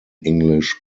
english